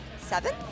Seven